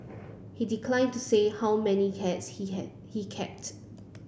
he declined to say how many cats he had he kept